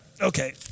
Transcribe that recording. Okay